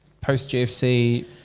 post-GFC –